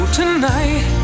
tonight